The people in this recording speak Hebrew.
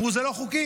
אמרו: זה לא חוקי.